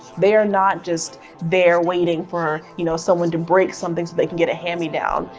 they are not just there waiting for you know someone to break something so they can get a hand-me-down,